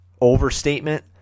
overstatement